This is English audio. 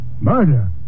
Murder